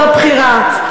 זו בחירה.